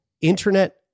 Internet